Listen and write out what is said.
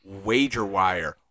WagerWire